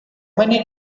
many